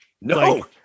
no